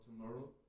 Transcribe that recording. tomorrow